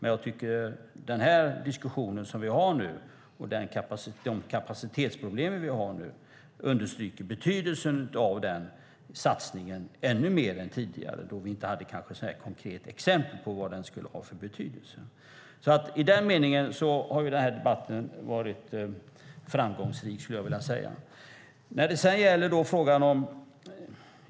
Jag tycker att den diskussion vi har nu och de kapacitetsproblem vi har nu understryker betydelsen av den satsningen ännu mer än tidigare. Tidigare hade vi kanske inte så konkreta exempel på vad den skulle ha för betydelse. I den meningen har debatten varit framgångsrik, skulle jag vilja säga.